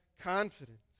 confidence